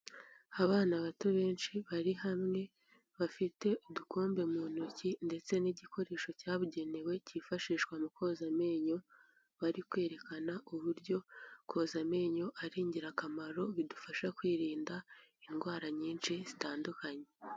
Abana bato benshi bari hamwe, bafite udukombe mu ntoki ndetse n'igikoresho cyabugenewe kifashishwa mu koza amenyo, bari kwerekana uburyo koza amenyo ari ingirakamaro bidufasha kwirinda, indwara nyinshi zitandukanye,